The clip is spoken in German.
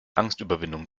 angstüberwindung